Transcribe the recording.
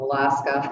Alaska